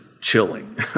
chilling